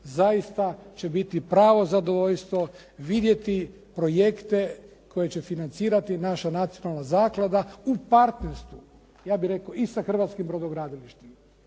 Zaista će biti pravo zadovoljstvo vidjeti projekte koje će financirati naša nacionalna zaklada u partnerstvu. Ja bih rekao i sa hrvatskim brodogradilištima